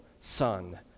Son